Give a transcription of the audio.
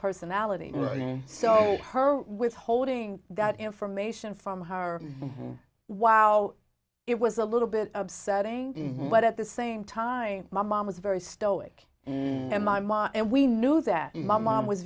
personality so her withholding that information from her wow it was a little bit upsetting but at the same time my mom was very stoic and my mom and we knew that my mom was